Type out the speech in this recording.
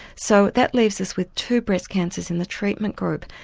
so that leaves us with two breast cancers in the treatment group.